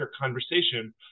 conversation